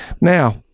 now